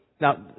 Now